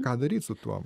ką daryt su tuo